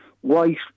white